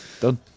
done